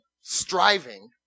striving